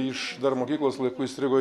iš dar mokyklos laikų įstrigo